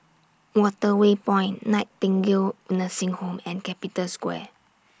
Waterway Point Nightingale Nursing Home and Capital Square